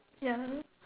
ya